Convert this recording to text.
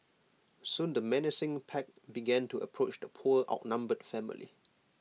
soon the menacing pack began to approach the poor outnumbered family